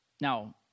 now